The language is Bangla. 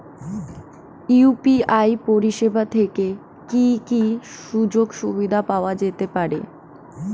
ইউ.পি.আই পরিষেবা থেকে কি কি সুযোগ সুবিধা পাওয়া যেতে পারে?